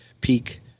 peak